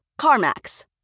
CarMax